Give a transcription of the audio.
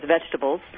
vegetables